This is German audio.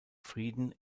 frieden